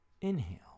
Inhale